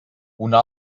una